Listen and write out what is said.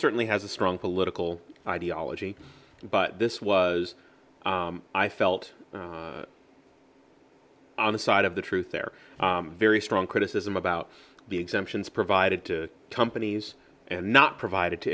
certainly has a strong political ideology but this was i felt on the side of the truth there very strong criticism about the exemptions provided to companies and not provided to